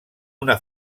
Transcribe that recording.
una